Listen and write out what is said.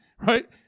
right